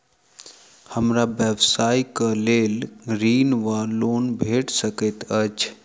हमरा व्यवसाय कऽ लेल ऋण वा लोन भेट सकैत अछि?